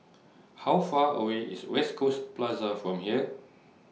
How Far away IS West Coast Plaza from here